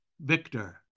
Victor